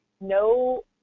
no